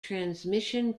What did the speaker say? transmission